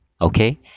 okay